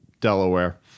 Delaware